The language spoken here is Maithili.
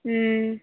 हूँ